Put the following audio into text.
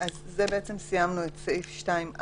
אז סיימנו את זה סעיף 2(א).